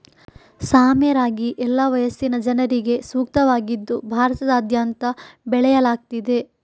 ಸಾಮೆ ರಾಗಿ ಎಲ್ಲಾ ವಯಸ್ಸಿನ ಜನರಿಗೆ ಸೂಕ್ತವಾಗಿದ್ದು ಭಾರತದಾದ್ಯಂತ ಬೆಳೆಯಲಾಗ್ತಿದೆ